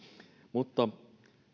mutta